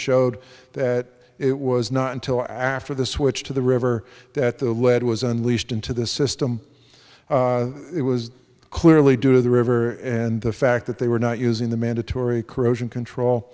showed that it was not until after the switch to the river that the lead was unleashed into the system it was clearly due to the river and the fact that they were not using the mandatory corrosion control